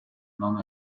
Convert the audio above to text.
non